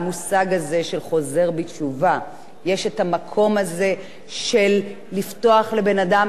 יש המקום הזה של לפתוח לבן-אדם את האופציה להשתקם,